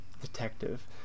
detective